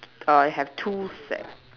uh I have two set